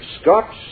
Scots